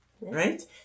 right